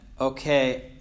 okay